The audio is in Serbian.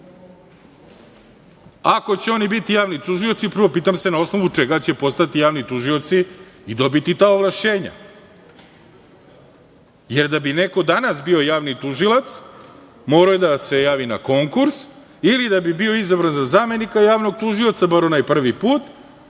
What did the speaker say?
Ako će oni biti javni tužioci, prvo, pitam se na osnovu čega će postati javni tužioci i dobiti ta ovlašćenja, jer da bi neko danas bio javni tužilac mora da se javi na konkurs ili da bi bio izabran za zamenika javnog tužioca, bar onaj prvi put,